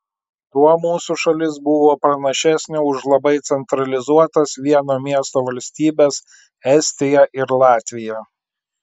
tuo mūsų šalis buvo pranašesnė už labai centralizuotas vieno miesto valstybes estiją ir latviją